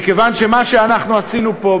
מכיוון שמה שאנחנו עשינו פה,